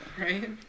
Right